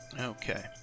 Okay